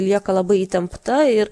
lieka labai įtempta ir